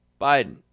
Biden